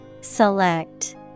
Select